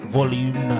Volume